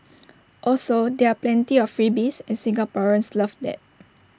also there are plenty of freebies and Singaporeans love that